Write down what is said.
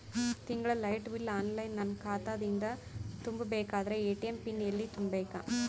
ತಿಂಗಳ ಲೈಟ bill online ನನ್ನ ಖಾತಾ ದಿಂದ ತುಂಬಾ ಬೇಕಾದರ ಎ.ಟಿ.ಎಂ ಪಿನ್ ಎಲ್ಲಿ ತುಂಬೇಕ?